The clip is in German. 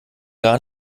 gar